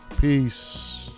peace